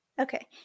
Okay